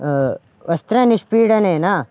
वस्त्रनिष्पीडनेन